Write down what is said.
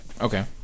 Okay